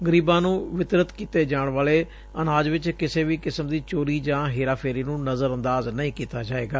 ਗਰੀਬਾਂ ਨੂੰ ਵਿਤਰਿਤ ਕੀਤੇ ਜਾਣ ਵਾਲੇ ਅਨਾਜ ਵਿੱਚ ਕਿਸੇ ਵੀ ਕਿਸਮ ਦੀ ਚੋਰੀ ਜਾਂ ਹੇਰਾ ਫੇਰੀ ਨੂੰ ਨਜ਼ਰਅੰਦਾਜ ਨਹੀ ਕੀਤਾ ਜਾਵੇਗਾ